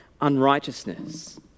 unrighteousness